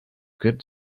good